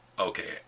Okay